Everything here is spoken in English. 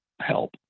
help